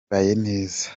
neza